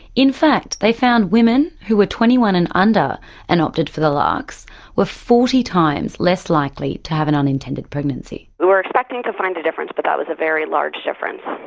in fact they found women who were under twenty one and under and opted for the larcs were forty times less likely to have an unintended pregnancy. we were expecting to find a difference but that was a very large difference.